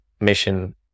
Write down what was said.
mission